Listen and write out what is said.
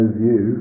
view